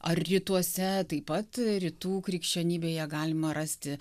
ar rytuose taip pat rytų krikščionybėje galima rasti